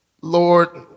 Lord